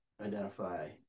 identify